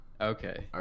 Okay